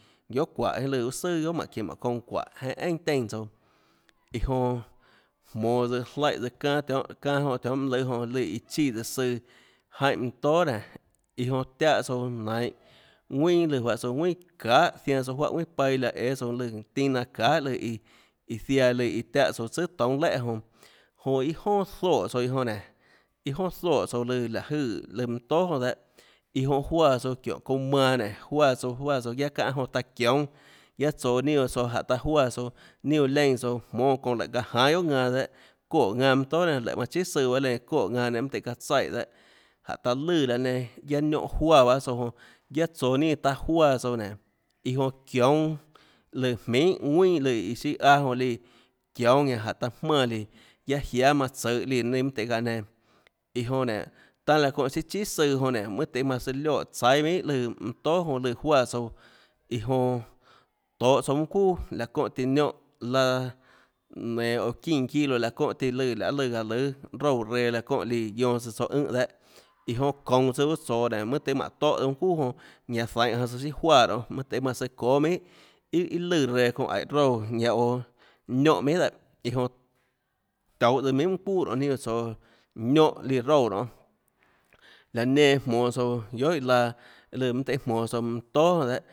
Guiohà çuáhå iâ lùã uã søà guiohà mánhå çinå mánhå çounã çuáhå jeinhâ einà teínã tsouã iã jonã jmonå tsøã jlaùhã tsøã çanâ tionhâ çanâ jonã tionhâ mønâ lùâ jonã lùã iã chíã tsøã søã jaínhã mønã tóà nénå iã jonã tiáhã tsouã nainhå ðuinà ùã juáhã tsouã ðuinà çahà zianã tsouã juáhã ðuinà paila õâ tsouã lù tina çahà lùã iã iã ziaã lùã iå tiáhã tsouã tsùà toúnâ léhà jonã jonã iâ jonà zoè tsouã iã jonã nénå iâ jonà zoè tsouã lùã láå jøè lùã mønã tóà jonã dehâ iã jonã juáã tsouã çiónhå çounã manã nénå juáã tsouã juáã tsouã guiaâ çáhã jonã taã çiónâ guiaâ tsoå ninâ juáhã tsoå jánhå taã juáã tsouã ninâ uã leínã tsouã jmónâ çounã léhå çaã jánâ guiohà ðanã dehâ çoè ðanã mønã tóà nenã léhå manã chíà søã bahâ léinã çoè ðanã nenã mønâ tøhê çaã tsaiè dehâ jánhå taã lùã laã nenã guiaâ niónhã juáã bahâ tsouã jonã guiaâ tsoå ninâ taã juáã tsouã nénå iã jonã çiónâ lùã minhà ðuinà iã lùã iã siâ aâ jonã líã çiónâ ñanã jánhå taã jmánã líã guiaâ jiáâ manã tsøhå líã nenã mønâ tøhê çaã nenã iã jonã nénå tanã láhã çónhã chiâ chíà søã jonã nénå mønâ tøhê manã søã lioè tsaíâ minhà lùã mønâ tóà jonã lùã juáã tsouã iã jonã tohå tsouã mønâ çuuàlaå çónhã tiã niónhã laã daã nenå oå çínã çilo laå çónhã tiã lùã lahê lùã aã lùã roúã reã laå çónhã líã guionã tsùã tsouã ùnhã dehâ iã jonã çounå tsøã uâ tsoå nénå mønâ tøhê mánhå tóhã tsøã mønâ çuuà jonã ñanã zeinhå janã tsouã siâ juáã nonê mønâ tøhê manã søâ çóâ minhàíà íà lùã reã çounã aíhå roúã ñanã oå niónhã minhà dehâ iã jonã tionhâ tsøã minhà mønâ çuuà nonê ninâ juáhã tsoå niónhã líã roúã nionê laã nenã jmonå tsouã guiohà iã laã lùã mønâ tøhê jmonå tsouã mønã óà jonã dehâ